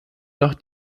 doch